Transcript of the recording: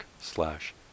slash